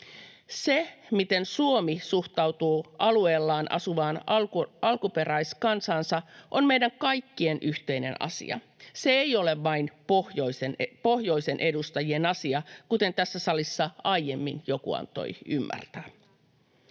Se, miten Suomi suhtautuu alueellaan asuvaan alkuperäiskansaansa, on meidän kaikkien yhteinen asia. Se ei ole vain pohjoisen edustajien asia, kuten tässä salissa aiemmin joku antoi ymmärtää.